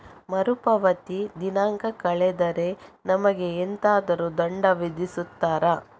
ಮರುಪಾವತಿ ದಿನಾಂಕ ಕಳೆದರೆ ನಮಗೆ ಎಂತಾದರು ದಂಡ ವಿಧಿಸುತ್ತಾರ?